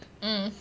mm